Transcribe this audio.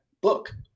book